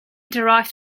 derived